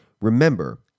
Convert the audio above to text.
Remember